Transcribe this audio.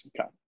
Okay